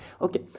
okay